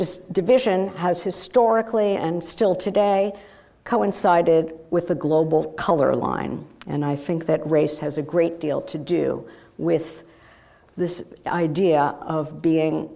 just division has historically and still today coincided with the global color line and i think that race has a great deal to do with this idea of being